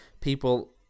People